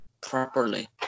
properly